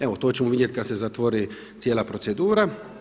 Evo to ćemo vidjeti kada se zatvori cijela procedura.